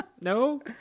no